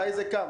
מתי זה קם?